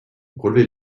relever